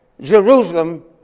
Jerusalem